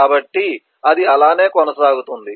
కాబట్టి అది అలానే కొనసాగుతుంది